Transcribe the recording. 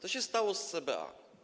Co się stało z CBA?